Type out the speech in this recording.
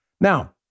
Now